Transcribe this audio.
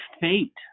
fate